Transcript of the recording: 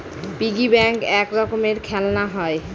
piggy bank এক রকমের খেলনা হয়